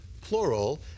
plural